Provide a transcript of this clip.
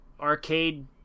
arcade